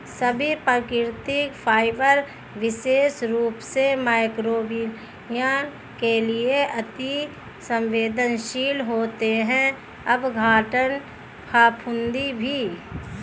सभी प्राकृतिक फाइबर विशेष रूप से मइक्रोबियल के लिए अति सवेंदनशील होते हैं अपघटन, फफूंदी भी